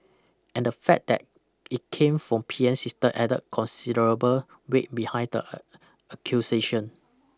and the fact that it came from P M's sister added considerable weight behind the accusation